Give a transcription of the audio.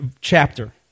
chapter